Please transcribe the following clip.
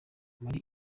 muri